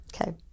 Okay